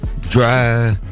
dry